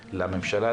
לממשלה,